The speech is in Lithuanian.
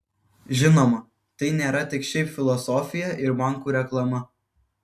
žinoma tai nėra tik šiaip filosofija ir bankų reklama